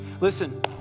Listen